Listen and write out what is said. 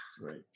right